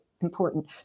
important